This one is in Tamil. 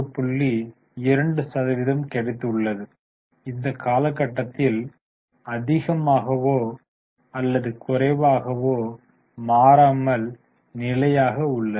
02 சதவிகிதம் கிடைத்துள்ளது இந்த காலகட்டத்தில் அதிகமாகவோ அல்லது குறைவாகவோ மாறாமல் நிலையாக உள்ளது